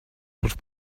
dels